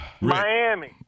Miami